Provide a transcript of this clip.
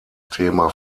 thema